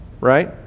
Right